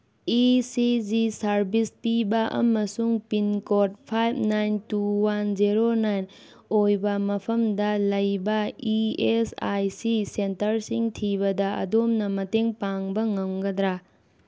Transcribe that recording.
E C G service ꯄꯤꯕ ꯑꯃꯁꯨꯡ pin code five nine two one zero nine ꯑꯣꯏꯕ ꯃꯐꯝꯗ ꯂꯩꯕ ꯏ ꯑꯦꯁ ꯑꯥꯏ ꯁꯤ ꯁꯦꯟꯇꯔꯁꯤꯡ ꯊꯤꯕꯗ ꯑꯗꯣꯝꯅ ꯃꯇꯦꯡ ꯄꯥꯡꯕ ꯉꯝꯒꯗ꯭ꯔꯥ